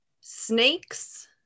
Snakes